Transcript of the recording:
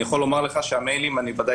אני יכול לומר לך שהמיילים שלנו ודאי